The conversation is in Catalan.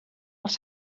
els